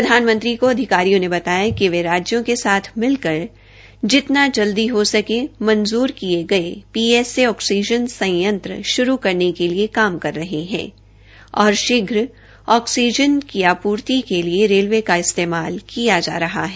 प्रधानमंत्री को अधिकारियों ने बताया कि वे राज्यों के साथ मिलकर जितना जल्दी हो सके मजूंर किये गये पीएसए ऑक्सीजन संयंत्र श्रू करने के लिए काम कर रहे है और शीघ्र ऑक्सीजन की आपूर्ति के लिए रेलवे का इस्तेमाल किया जा रहा है